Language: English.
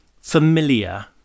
familiar